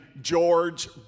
George